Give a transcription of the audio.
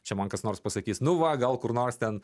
čia man kas nors pasakys nu va gal kur nors ten